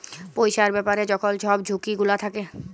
পইসার ব্যাপারে যখল ছব ঝুঁকি গুলা থ্যাকে